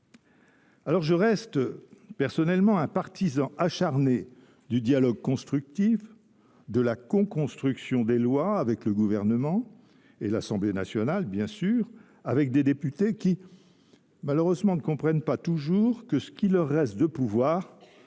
part, je reste un partisan acharné du dialogue constructif, de la coconstruction des lois avec le Gouvernement et l’Assemblée nationale, où certains députés, malheureusement, ne comprennent pas toujours que ce qui leur reste de pouvoir